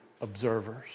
observers